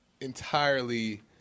entirely